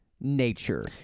nature